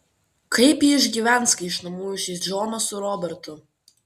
kaip ji išgyvens kai iš namų išeis džonas su robertu